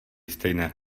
stejné